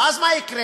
ואז מה יקרה?